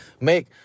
make